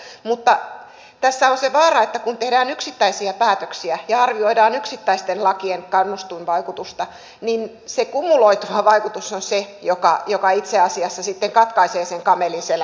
mutta tässä on se vaara että kun tehdään yksittäisiä päätöksiä ja arvioidaan yksittäisten lakien kannustinvaikutusta niin se kumuloituva vaikutus on se joka itse asiassa sitten katkaisee sen kamelin selän